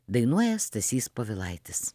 dainuoja stasys povilaitis